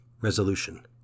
Resolution